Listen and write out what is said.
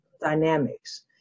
dynamics